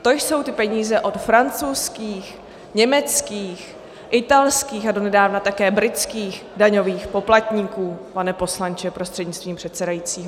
To jsou ty peníze od francouzských, německých, italských a donedávna také britských daňových poplatníků, pane poslanče prostřednictvím předsedajícího.